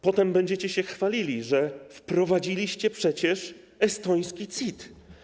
Potem będziecie się chwalili, że wprowadziliście przecież estoński CIT.